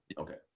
Okay